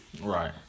right